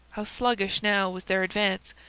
how sluggish now was their advance,